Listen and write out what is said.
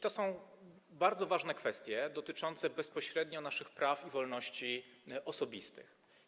To są bardzo ważne kwestie dotyczące bezpośrednio naszych praw i wolności osobistych.